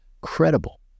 credible